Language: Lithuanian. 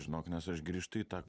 žinok nes aš grįžtu į tą